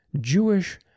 Jewish